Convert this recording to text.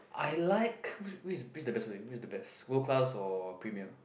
I liked which which the best way which the best gold class or premier